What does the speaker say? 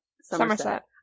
Somerset